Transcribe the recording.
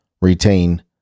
retain